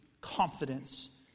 confidence